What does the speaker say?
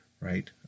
right